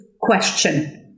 question